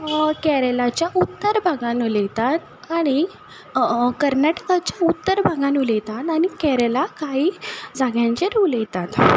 केरलाच्या उत्तर भागान उलयतात खरी कर्नाटकाच्या उत्तर भागान उलयतात आनी केरला काही जाग्यांचेर उलयतात